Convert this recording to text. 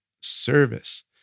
service